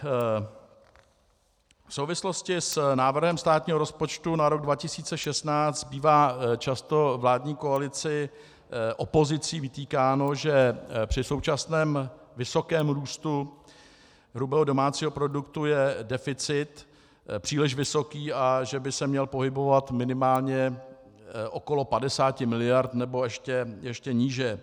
V souvislosti s návrhem státního rozpočtu na rok 2016 bývá často vládní koalici opozicí vytýkáno, že při současném vysokém růstu hrubého domácího produktu je deficit příliš vysoký a že by se měl pohybovat minimálně okolo 50 mld. nebo ještě níže.